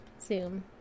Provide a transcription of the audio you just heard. Zoom